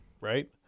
right